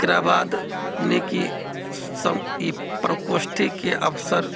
एकरा बाद यानिकि प्रकोष्ठीके अवसर